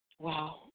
Wow